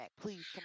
please